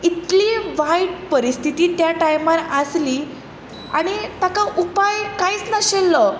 इतली वायट परिस्थिती त्या टायमार आसली आनी ताका उपाय कांयच नाशिल्लो